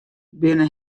binne